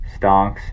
stonks